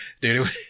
dude